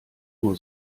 nur